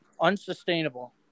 Unsustainable